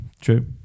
true